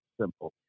simple